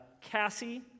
Cassie